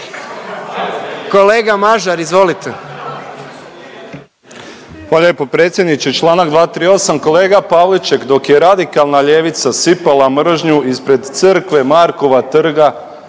Kolega Mažar izvolite.